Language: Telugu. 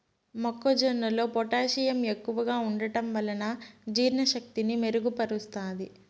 మొక్క జొన్నలో పొటాషియం ఎక్కువగా ఉంటడం వలన జీర్ణ శక్తిని మెరుగు పరుస్తాది